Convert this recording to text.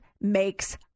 makes